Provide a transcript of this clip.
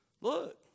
Look